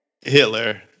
Hitler